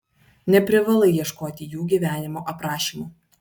neprivalai ieškoti jų gyvenimo aprašymų